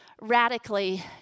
radically